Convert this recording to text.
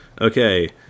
Okay